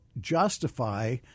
justify